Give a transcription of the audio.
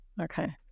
Okay